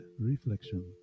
reflection